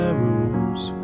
rules